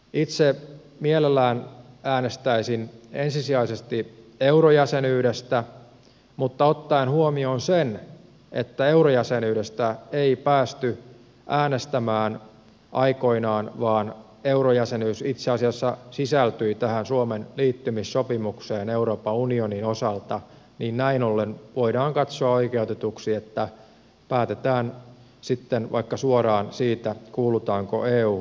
itse mielelläni äänestäisin ensisijaisesti eurojäsenyydestä mutta ottaen huomioon sen että eurojäsenyydestä ei päästy äänestämään aikoinaan vaan eurojäsenyys itse asiassa sisältyi tähän suomen liittymissopimukseen euroopan unionin osalta näin ollen voidaan katsoa oikeutetuksi että päätetään sitten vaikka suoraan siitä kuulutaanko euhun